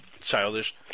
childish